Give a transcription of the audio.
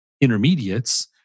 intermediates